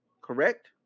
Correct